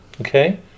Okay